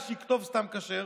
ושומרון.